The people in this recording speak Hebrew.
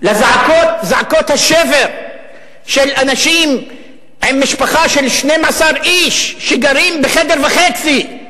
לזעקות השבר של משפחה של 12 איש שגרים בחדר וחצי.